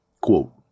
Quote